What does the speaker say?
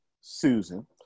Susan